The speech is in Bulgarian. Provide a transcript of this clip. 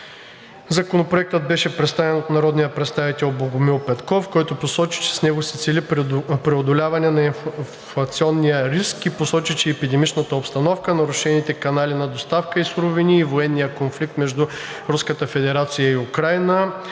Законопроектът беше представен от народния представител Богомил Петков, който посочи, че с него се цели преодоляване на инфлационния риск и посочи, че епидемичната обстановка, нарушените канали на доставка на суровини и военният конфликт между Руската